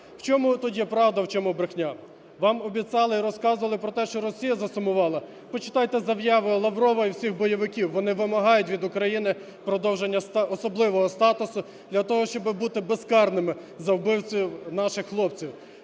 В чому тоді правда, а в чому брехня? Вам обіцяли і розказували про те, що Росія засумувала. Почитайте заяви Лаврова і всіх бойовиків, вони вимагають від України продовження особливого статусу для того, щоби бути безкарними за вбивства наших хлопців.